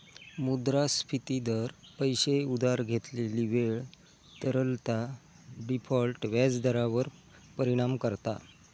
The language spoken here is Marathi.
मुद्रास्फिती दर, पैशे उधार घेतलेली वेळ, तरलता, डिफॉल्ट व्याज दरांवर परिणाम करता